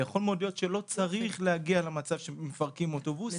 ויכול מאוד להיות שלא צריך להגיע למצב שמפרקים אוטובוסים.